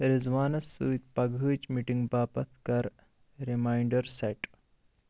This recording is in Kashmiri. رِضوانس سۭتۍ پگہٕچ میٖٹِنٛگ باپتھ کَر ریماینٛڈر سیٹ